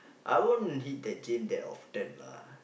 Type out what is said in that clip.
I won't hit the gym that often lah